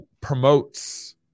promotes